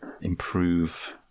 improve